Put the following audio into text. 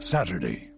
Saturday